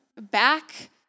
back